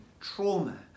trauma